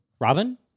Robin